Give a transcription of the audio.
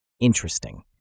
Interesting